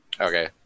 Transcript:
Okay